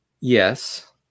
Yes